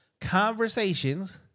conversations